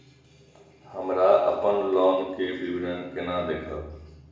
हमरा अपन लोन के विवरण केना देखब?